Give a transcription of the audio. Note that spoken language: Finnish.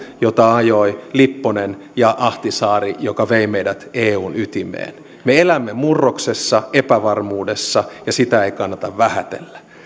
jota ajoivat lipponen ja ahtisaari joka vei meidät eun ytimeen me elämme murroksessa epävarmuudessa ja sitä ei kannata vähätellä